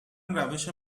روش